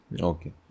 Okay